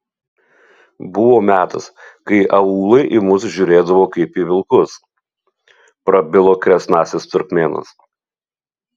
buvo metas kai aūlai į mus žiūrėdavo kaip į vilkus prabilo kresnasis turkmėnas